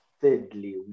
Thirdly